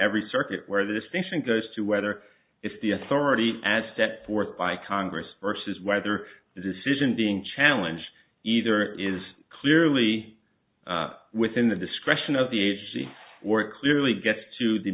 every circuit where this patient goes to whether it's the authority as stepped forth by congress versus whether the decision being challenged either is clearly within the discretion of the agency or it clearly gets to the